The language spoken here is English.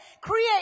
create